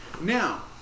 Now